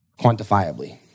quantifiably